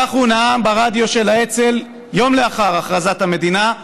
כך הוא נאם ברדיו של האצ"ל יום לאחר הכרזת המדינה,